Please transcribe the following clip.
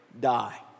die